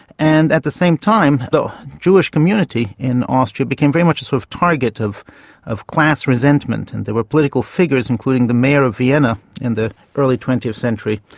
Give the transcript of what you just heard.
and at the same time jewish community in austria became very much a sort of target of of class resentment and there were political figures, including the mayor of vienna in the early twentieth century,